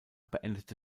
beendete